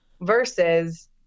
versus